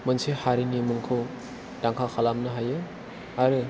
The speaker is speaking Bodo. मोनसे हारिनि मुंखौ मुंदाखा खालामनो हायो आरो